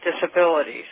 disabilities